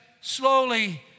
slowly